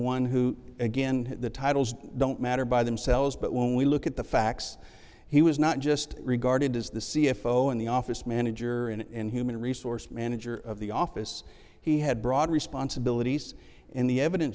one who again the titles don't matter by themselves but when we look at the facts he was not just regarded as the c f o and the office manager and human resource manager of the office he had broad responsibilities and the evidence